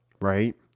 right